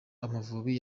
amavubi